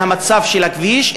מהמצב של הכביש,